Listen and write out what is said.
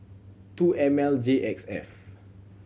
two M L J X F